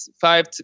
five